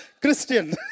Christian